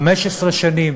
15 שנה,